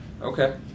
okay